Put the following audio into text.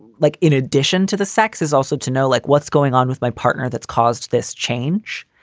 like in addition to the sex is also to know, like what's going on with my partner that's caused this change.